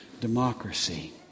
democracy